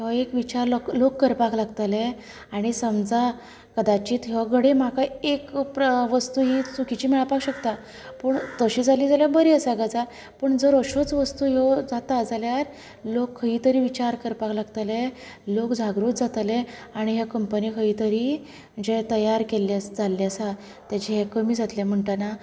हो एक विचार लोक लोक करपाक लागतले आनी समजा कदाचीत हो घडये म्हाका एक प्रॉ वस्तू चुकीची मेळपाक शकता पूण तशी जाल्यार बरी गजाल आसा पूण जर अश्योच वस्तू जाता जाल्यार लोक खंय तरी विचार करपाक लागतले लोक जागृत जातलें आनी ह्या कम्पनीक खंय तरी जे तयार केल्ले जाल्ले आसा तेचे हे कमी जातले म्हणटना